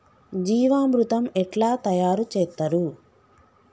జీవామృతం ఎట్లా తయారు చేత్తరు?